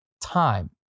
time